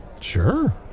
Sure